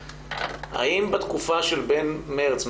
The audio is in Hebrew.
האם בתקופה של בין מרץ,